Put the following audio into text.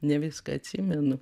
ne viską atsimenu